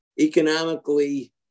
economically